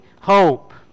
hope